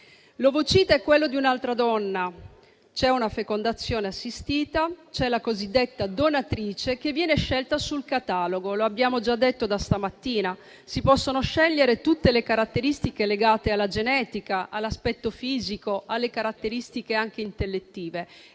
L'ovocita è quello di un'altra donna: c'è una fecondazione assistita, c'è la cosiddetta donatrice che viene scelta sul catalogo. Lo abbiamo già detto stamattina: si possono scegliere tutte le caratteristiche legate alla genetica, all'aspetto fisico, alle caratteristiche anche intellettive.